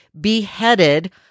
beheaded